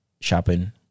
shopping